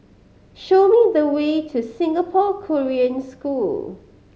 show me the way to Singapore Korean School